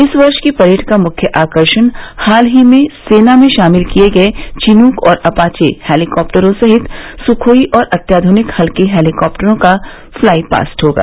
इस वर्ष की परेड का मुख्य आकर्षण हाल ही में सेना में शामिल किए गये चिनूक और अपाचे हैलीकॉप्टरों सहित सुखोई और अत्याधुनिक हल्के हेलीकाप्टरो का फ्लाई पास्ट होगा